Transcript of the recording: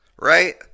Right